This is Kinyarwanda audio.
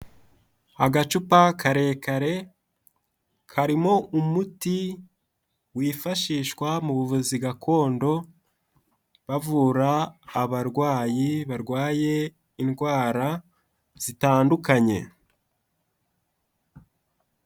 Agacupa karekare karimo umuti wifashishwa mu buvuzi gakondo bavura abarwayi barwaye indwara zitandukanye.